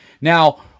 Now